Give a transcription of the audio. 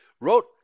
wrote